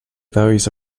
those